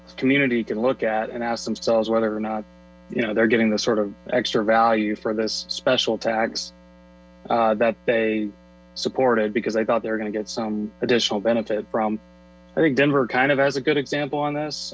community community can look at and ask themselves whether or not they're getting the sort of extra value for this special tax that they supported because they tought they were going to get some additional benefit from denver kind of as a good example on this